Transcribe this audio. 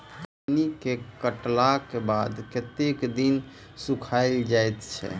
खैनी केँ काटला केँ बाद कतेक दिन सुखाइल जाय छैय?